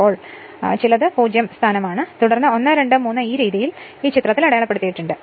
അതിനാൽ ചിലത് 0 സ്ഥാനമാണ് തുടർന്ന് 1 2 3 ഈ രീതിയിൽ ഈ ചിത്രത്തിൽ അടയാളപ്പെടുത്തിയിരിക്കുന്നു